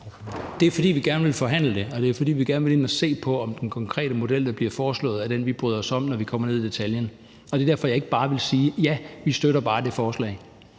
Det er, fordi vi gerne vil forhandle det, og det er, fordi vi gerne vil ind og se på, om den konkrete model, der bliver foreslået, er den, vi bryder os om, når vi kommer ned i detaljen. Det er derfor, jeg ikke bare vil sige: Ja, vi støtter bare det forslag.